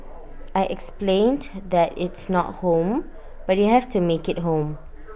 I explained that it's not home but you have to make IT home